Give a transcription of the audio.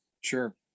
Sure